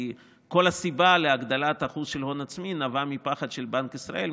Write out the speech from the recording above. כי כל הסיבה להגדלת אחוז ההון עצמי נבעה מפחד של בנק ישראל,